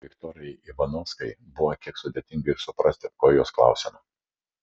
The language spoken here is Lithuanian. viktorijai ivanovskajai buvo kiek sudėtinga ir suprasti ko jos klausiama